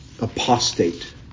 apostate